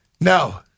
No